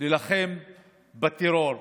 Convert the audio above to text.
להילחם בטרור,